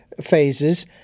phases